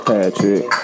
Patrick